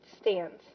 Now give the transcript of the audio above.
stands